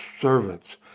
servants